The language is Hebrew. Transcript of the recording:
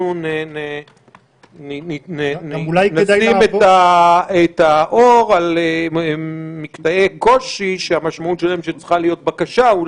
אולי נשים את האור על מקטעי קושי שהמשמעות שלהם צריכה להיות אולי בקשה.